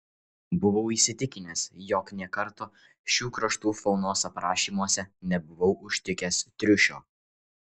buvau įsitikinęs jog nė karto šių kraštų faunos aprašymuose nebuvau užtikęs triušio